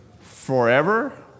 Forever